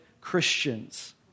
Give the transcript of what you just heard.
Christians